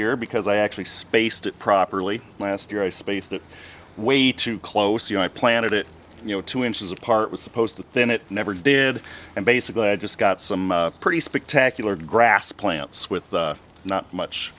year because i actually spaced it properly last year i spaced it way too close you know i planted it you know two inches apart was supposed to then it never did and basically i just got some pretty spectacular grass plants with not much